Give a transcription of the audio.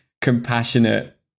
compassionate